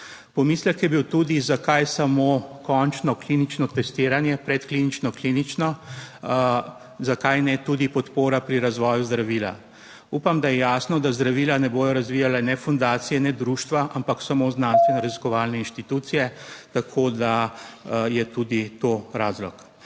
Pomislek je bil tudi, zakaj samo končno klinično testiranje, predklinično klinično zakaj ne tudi podpora pri razvoju zdravila? Upam, da je jasno, da zdravila ne bodo razvijale ne fundacije ne društva, ampak samo znanstveno / znak za konec razprave/ raziskovalne inštitucije, tako da je tudi to razlog.